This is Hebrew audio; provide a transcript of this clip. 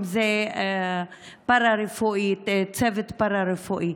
אם זה צוות פארה-רפואי.